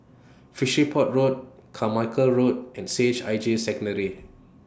Fishery Port Road Carmichael Road and C H I J Secondary